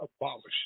abolished